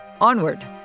Onward